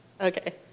Okay